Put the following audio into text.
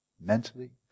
Mentally